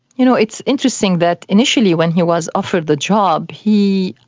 you know, it's interesting that initially when he was offered the job he,